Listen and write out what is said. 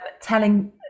telling